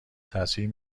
تاثیر